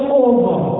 over